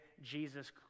Jesus